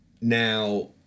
Now